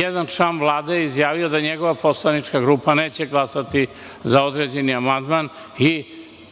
jedan član Vlade je izjavio da njegova poslanička grupa neće glasati za određeni amandman i